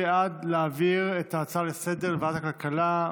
מי בעד להעביר את ההצעה לסדר-היום לוועדת הכלכלה?